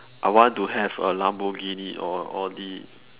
I want to have a Lamborghini or a Audi